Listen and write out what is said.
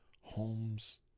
homes